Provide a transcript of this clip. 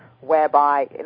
whereby